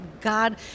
God